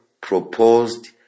proposed